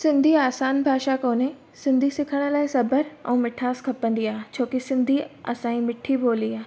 सिंधी आसानु भाषा कोन्हे सिंधी सिखण लाइ सब्रु ऐं मिठासु खपंदी आहे छोकी सिंधी असांजी मिठी ॿोली आहे